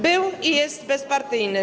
Był i jest bezpartyjny.